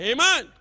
Amen